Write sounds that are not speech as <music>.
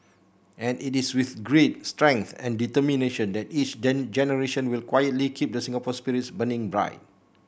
and it is with grit strength and determination that each <unintelligible> generation will quietly keep the Singapore spirit burning right